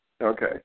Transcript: Okay